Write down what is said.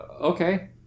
okay